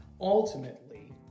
ultimately